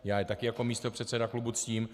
Já je také jako místopředseda klubu ctím.